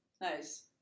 Nice